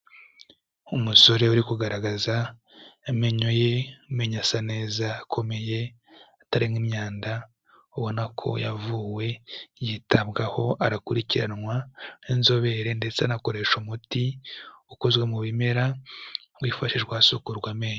Umusore uri kugaragaza amenyo ye, amenyo asa neza, akomeye, atarimo imyanda, ubona ko yavuwe, yitabwaho, arakurikiranwa n'inzobere ndetse anakoresha umuti ukozwe mu bimera wifashishwa hasukurwa amenyo.